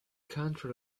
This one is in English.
country